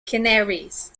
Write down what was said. canaries